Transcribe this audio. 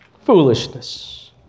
foolishness